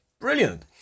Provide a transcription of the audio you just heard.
brilliant